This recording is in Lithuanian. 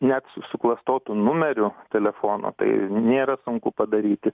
net su suklastotu numeriu telefono tai nėra sunku padaryti